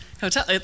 Hotel